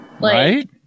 Right